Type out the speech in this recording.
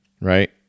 Right